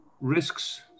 risks